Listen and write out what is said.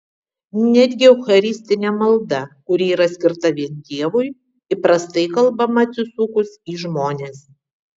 netgi eucharistinė malda kuri yra skirta vien dievui įprastai kalbama atsisukus į žmones